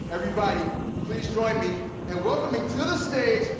everybody please join me in welcoming to the stage,